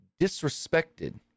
disrespected